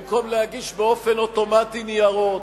במקום להגיש באופן אוטומטי ניירות,